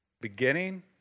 beginning